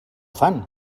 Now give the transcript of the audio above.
fan